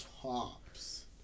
tops